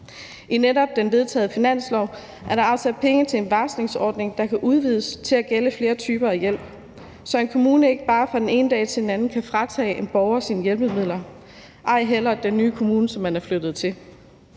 I den vedtagne finanslov er der afsat penge til en varslingsordning, der kan udvides til at gælde flere typer af hjælp, så en kommune ikke bare fra den ene dag til den anden kan fratage en borger vedkommendes hjælpemidler, ej heller den nye kommune, som man er flyttet til.